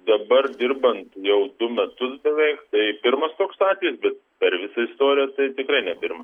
dabar dirbant jau du metus beveik tai pirmas toks atvejis bet per visą istoriją tai tikrai ne pirmas